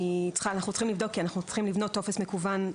אנחנו צריכים לבדוק כי אנחנו צריכים לבנות טופס מקוון.